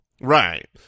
Right